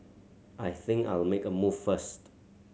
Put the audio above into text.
I think I'll make a move first